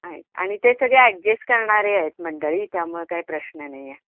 आहे आणि ते सगळे ॲडजेस्ट करणारे आहेत मंडळी त्यामुळे काय प्रश्न नाही आहे